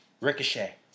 Ricochet